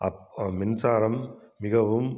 அப் மின்சாரம் மிகவும்